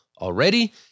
already